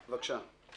בבקשה.